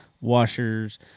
washers